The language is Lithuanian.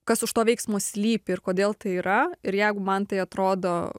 kas už to veiksmo slypi ir kodėl tai yra ir jeigu man tai atrodo